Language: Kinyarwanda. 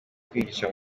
kwihisha